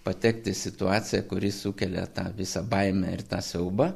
patekti į situaciją kuri sukelia tą visą baimę ir tą siaubą